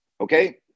Okay